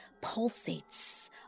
pulsates